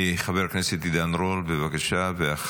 חבר הכנסת עידן רול, ואחריו,